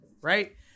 right